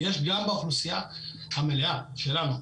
יש גם באוכלוסייה המלאה שלנו,